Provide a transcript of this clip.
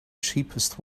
cheapest